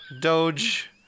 Doge